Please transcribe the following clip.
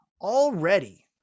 already